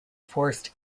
forced